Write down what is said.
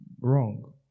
wrong